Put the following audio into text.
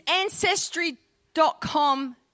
Ancestry.com